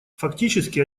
фактически